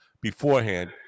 beforehand